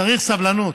צריך סבלנות,